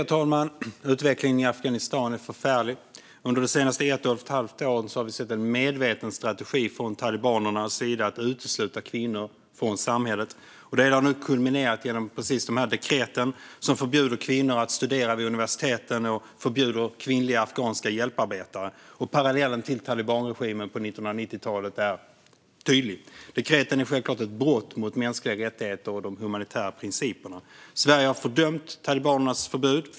Herr talman! Utvecklingen i Afghanistan är förfärlig. Sedan ett och ett halvt år har vi sett en medveten strategi från talibanerna att utesluta kvinnor från samhället. Det har nu kulminerat i precis de här dekreten, som förbjuder kvinnor att studera vid universiteten och förbjuder kvinnliga afghanska hjälparbetare. Parallellen till talibanregimen på 1990-talet är tydlig. Dekreten är självklart ett brott mot mänskliga rättigheter och de humanitära principerna. Sverige har fördömt talibanernas förbud.